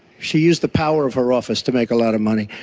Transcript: she used the power of her office to make a lot of money.